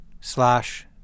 slash